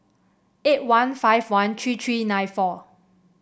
eight one five one three three nine four